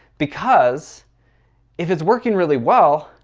because if it's working really well,